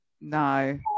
No